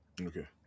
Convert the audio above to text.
okay